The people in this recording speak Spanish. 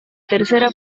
tercera